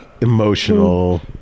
emotional